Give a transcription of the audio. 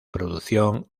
producción